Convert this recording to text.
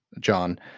john